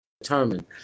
determined